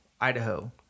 Idaho